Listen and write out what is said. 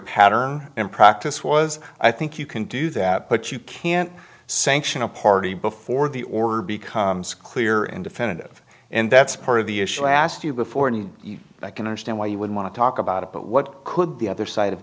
pattern and practice was i think you can do that but you can't sanction a party before the order becomes clear and definitive and that's part of the issue i asked you before and i can understand why you would want to talk about it but what could the other side